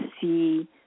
see